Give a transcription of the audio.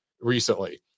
recently